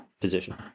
position